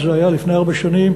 זה היה לפני ארבע שנים,